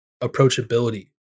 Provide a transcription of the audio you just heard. approachability